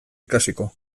ikasiko